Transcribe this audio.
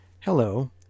Hello